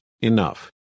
enough